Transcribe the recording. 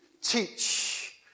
teach